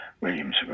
Williams